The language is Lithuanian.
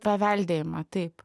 paveldėjimą taip